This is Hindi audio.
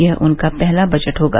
यह उनका पहला बजट होगा